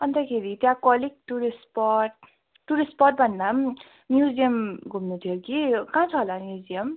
अन्तखेरि त्यहाँको अलिक टुरिस्ट स्पट टुरिस्ट स्पट भन्दा पनि म्युजियम घुम्नु थियो कि कहाँ छ होला म्युजियम